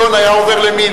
למי?